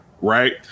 right